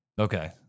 Okay